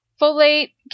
Folate